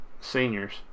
seniors